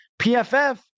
PFF